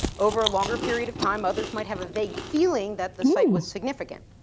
over a longer period of time, others might have a vague feeling that the site was significant,